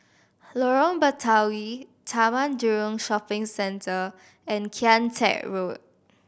Lorong Batawi Taman Jurong Shopping Centre and Kian Teck Road